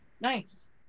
nice